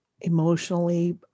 emotionally